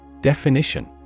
Definition